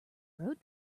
road